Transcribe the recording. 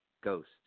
ghost